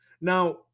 Now